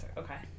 okay